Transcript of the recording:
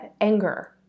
anger